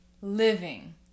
living